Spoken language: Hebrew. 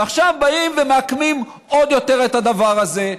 ועכשיו באים ומעקמים עוד יותר את הדבר הזה.